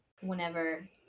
whenever